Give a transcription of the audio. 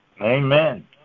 Amen